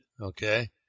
okay